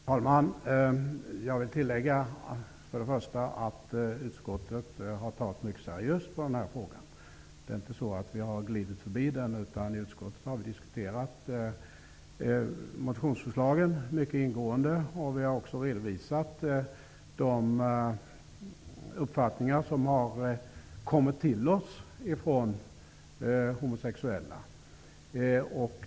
Herr talman! Jag vill tillägga att utskottet har tagit mycket seriöst på denna fråga. Vi har inte så att säga glidit förbi den utan i utskottet diskuterat motionsförslagen mycket ingående. Vi har också redovisat de uppfattningar från homosexuella som vi har tagit del av.